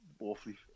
awfully